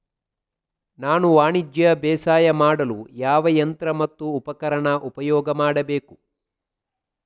ನಾನು ವಾಣಿಜ್ಯ ಬೇಸಾಯ ಮಾಡಲು ಯಾವ ಯಂತ್ರ ಮತ್ತು ಉಪಕರಣ ಉಪಯೋಗ ಮಾಡಬೇಕು?